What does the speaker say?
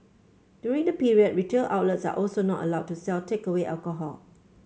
during the period retail outlets are also not allowed to sell takeaway alcohol